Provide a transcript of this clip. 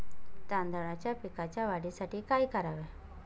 तांदळाच्या पिकाच्या वाढीसाठी काय करावे?